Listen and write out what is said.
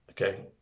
Okay